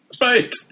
Right